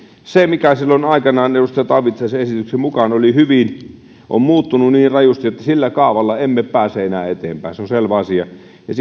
se mikä silloin aikanaan edustaja taavitsaisen esityksen mukaan oli hyvin on muuttunut niin rajusti että sillä kaavalla emme pääse enää eteenpäin se on selvä asia